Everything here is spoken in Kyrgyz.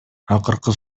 акыркы